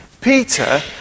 Peter